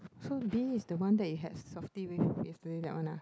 so B is the one that you had softee with yesterday that one ah